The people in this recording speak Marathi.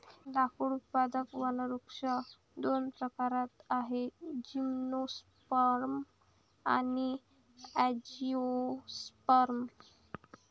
लाकूड उत्पादक वनवृक्ष दोन प्रकारात आहेतः जिम्नोस्पर्म आणि अँजिओस्पर्म